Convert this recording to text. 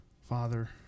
Father